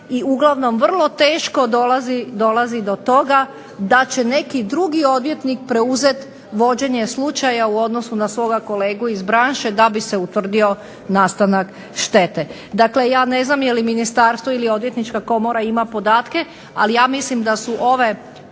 uglavnom vrlo teško dolazi do toga da će neki drugi odvjetnik preuzeti vođenje slučaja u odnosu na svog kolegu iz branše da bi se utvrdio nastanak štete. Dakle, ja ne znam da li ministarstvo ili Odvjetnička komora ima podatke, ali ja mislim da su ove